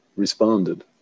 responded